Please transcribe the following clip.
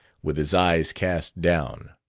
with his eyes cast down.